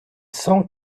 sent